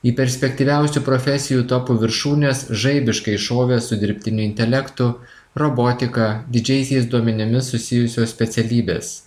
į perspektyviausių profesijų topų viršūnes žaibiškai šovė su dirbtiniu intelektu robotika didžiaisiais duomenimis susijusios specialybės